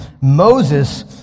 Moses